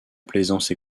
plaisance